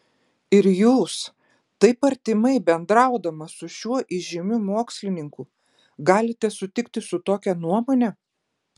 ir jūs taip artimai bendraudama su šiuo įžymiu mokslininku galite sutikti su tokia nuomone